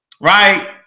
right